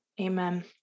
Amen